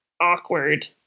awkward